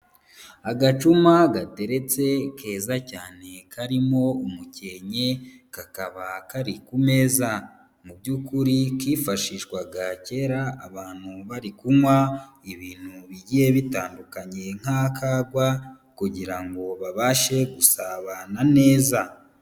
Agacuma gateretse keza cyane karimo umukenke, kakaba kari ku meza, mu by'ukuri kifashishwaga kera abantu bari kunywa, ibintu bigiye bitandukanye nk'akagwa kugira ngo babashe gusabana neza.